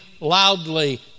loudly